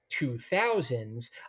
2000s